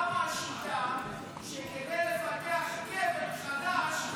למה השיטה שכדי לפתח קבר חדש,